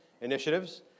initiatives